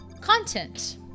Content